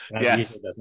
Yes